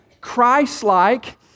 Christ-like